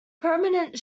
permanent